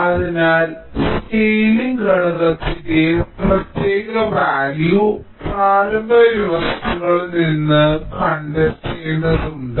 അതിനാൽ സ്കെയിലിംഗ് ഘടകത്തിന്റെ പ്രത്യേക വാല്യൂ പ്രാരംഭ വ്യവസ്ഥകളിൽ നിന്ന് കണ്ടെത്തേണ്ടതുണ്ട്